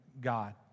God